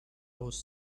was